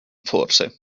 forse